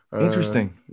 interesting